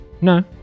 No